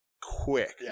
Quick